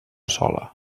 sola